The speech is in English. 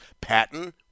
Patton